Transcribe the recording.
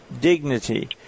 dignity